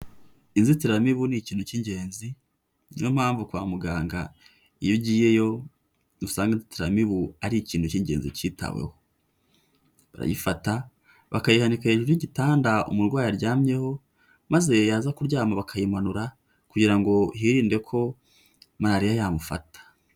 inzitiramibu ni ikintu cy'ingenzi, niyo mpamvu kwa muganga iyo ugiyeyo usanga inzitiramibu ari ikintu cy'ingenzi cyitaweho, barayifata bakayihanika hejuru y'igitanda umurwayi aryamyeho, maze yaza kuryama bakayimanura kugira ngo hirinde ko malariya yamufata.